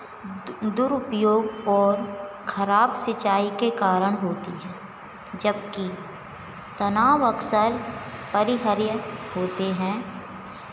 दुरुपयोग और खराब सिंचाई के कारण होती है जबकि तनाव अक्सर अपरिहर्य होते हैं